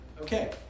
Okay